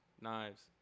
knives